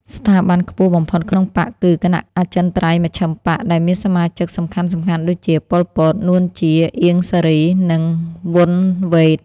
ស្ថាប័នខ្ពស់បំផុតក្នុងបក្សគឺ «គណៈអចិន្ត្រៃយ៍មជ្ឈិមបក្ស» ដែលមានសមាជិកសំខាន់ៗដូចជា ប៉ុល ពត, នួន ជា, អៀង សារី និង វន់ វ៉េត។